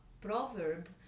proverb